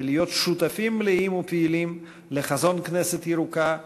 ולהיות שותפים מלאים ופעילים לחזון "כנסת ירוקה",